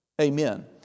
Amen